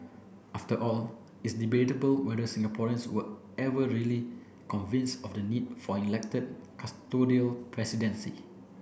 after all it's debatable whether Singaporeans were ever really convinced of the need for an elected custodial presidency